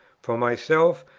for myself,